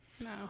No